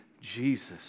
Jesus